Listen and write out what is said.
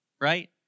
right